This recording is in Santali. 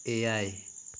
ᱮᱭᱟᱭ